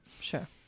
Sure